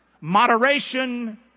moderation